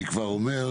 אני כבר אומר,